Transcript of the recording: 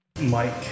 Mike